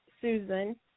Susan